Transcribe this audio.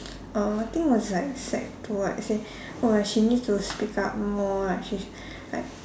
uh I think was like sec two what she say oh she need to speak more like she's like